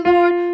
Lord